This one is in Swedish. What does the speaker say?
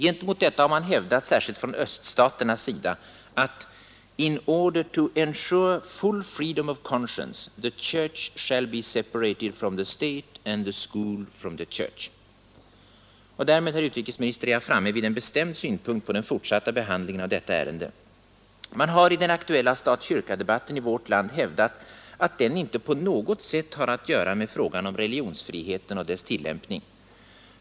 Gentemot detta har man hävdat, särskilt från öststaternas sida, att ”in order to ensure full freedom of conscience, the church shall be separated from the state and the school from the church”. Och därmed, herr utrikesminister, är jag framme vid en bestämd synpunkt på den fortsatta behandlingen av detta ärende. Man har i den aktuella stat—kyrka-debatten i vårt land hävdat att den inte på något sätt har att göra med frågan om religionsfriheten och dess tillämpning.